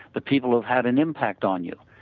the people have had an impact on you.